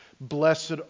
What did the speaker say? Blessed